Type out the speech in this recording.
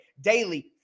daily